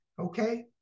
Okay